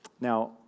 Now